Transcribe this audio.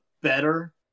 better